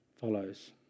follows